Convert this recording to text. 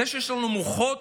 זה שיש לנו מוחות